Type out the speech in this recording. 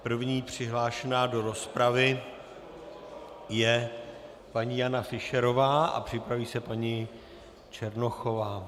První přihlášená do rozpravy je paní Jana Fischerová a připraví se paní Černochová.